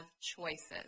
choices